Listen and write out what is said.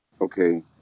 Okay